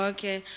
Okay